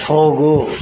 ಹೋಗು